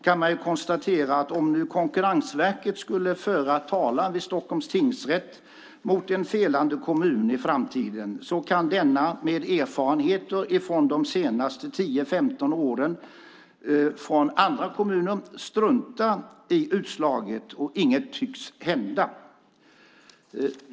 Man kan konstatera att om Konkurrensverket skulle föra talan vid Stockholms tingsrätt mot en felande kommun i framtiden kan denna med erfarenheter från andra kommuner under de senaste 10-15 åren strunta i utslaget, och inget tycks hända.